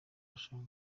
dushaka